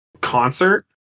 concert